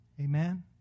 Amen